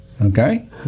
Okay